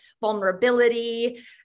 vulnerability